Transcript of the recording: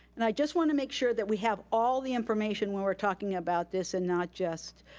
and i just wanna make sure that we have all the information when we're talking about this, and not just.